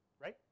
Right